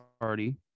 party